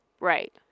Right